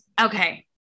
okay